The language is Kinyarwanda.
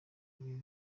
ibi